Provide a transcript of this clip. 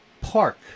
park